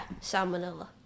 salmonella